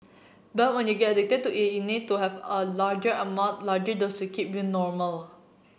but when you get addicted to it you need to have a larger amount larger dose to keep you normal